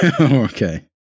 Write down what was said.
Okay